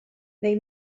they